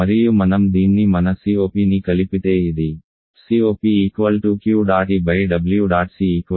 మరియు మనం దీన్ని మన COPని కలిపితే ఇది cop Q̇̇EẆC 3